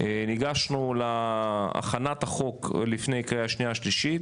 ניגשנו להכנת החוק לפני קריאה שניה ושלישית,